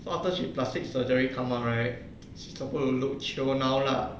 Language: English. so after she plastic surgery come out right she suppose to look chio now lah